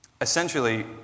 Essentially